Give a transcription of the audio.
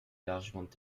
largement